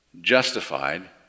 justified